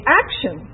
action